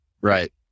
Right